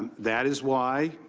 that is why,